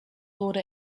wurde